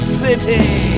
city